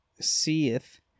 seeth